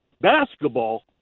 basketball